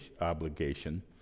Obligation